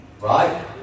right